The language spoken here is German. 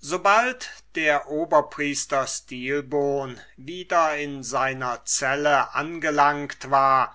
das erste was der oberpriester stilbon tat als er wieder in seiner zelle angelangt war